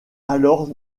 alors